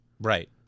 Right